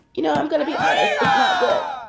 you know, i'm gonna be honest. it's not good